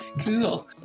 Cool